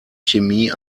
chemie